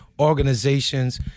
organizations